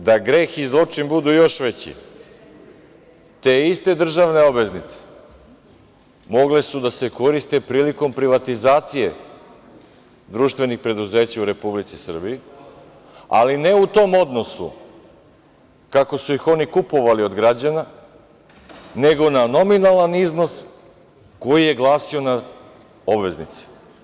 Sad, da greh i zločin budu još veći, te iste državne obveznice mogle su da se koriste prilikom privatizacije društvenih preduzeća u Republici Srbiji, ali ne u tom odnosu kako su ih oni kupovali od građana, nego na nominalan iznos koji je glasio na obveznice.